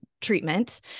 treatment